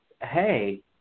hey